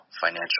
financial